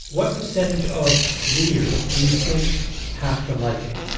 what percentage of readers do you think have to like it?